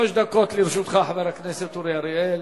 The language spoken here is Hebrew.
שלוש דקות לרשותך, חבר הכנסת אורי אריאל.